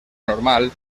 normal